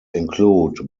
include